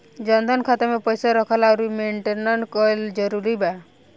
जनधन खाता मे पईसा रखल आउर मेंटेन करल जरूरी बा?